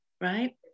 right